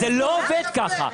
זה לא עובד ככה.